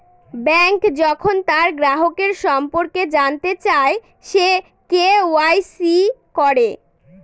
bank যখন তার গ্রাহকের সম্পর্কে জানতে চায়, সে কে.ওয়া.ইসি করে